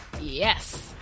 yes